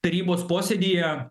tarybos posėdyje